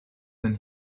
than